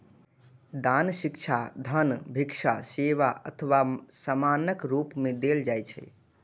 दान शिक्षा, धन, भिक्षा, सेवा अथवा सामानक रूप मे देल जाइ छै